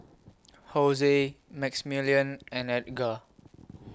Jose Maximillian and Edgar